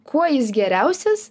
kuo jis geriausias